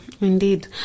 Indeed